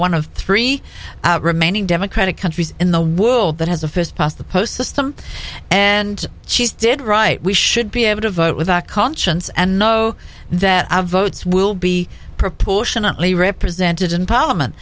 one of three remaining democratic countries in the world that has a fish past the post system and cheese did right we should be able to vote without conscience and know that our votes will be proportionately represented in parliament